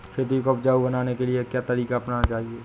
खेती को उपजाऊ बनाने के लिए क्या तरीका अपनाना चाहिए?